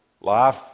life